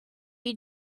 you